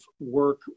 work